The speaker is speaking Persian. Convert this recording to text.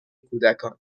کودکان